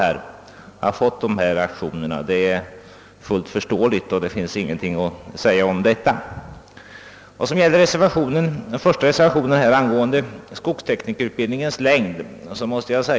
Jag hyser sympatier för de tankegångar som förs fram i reservationen 3.1 angående skogsteknikerutbildningens längd.